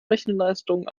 rechenleistung